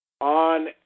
on